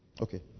okay